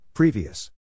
Previous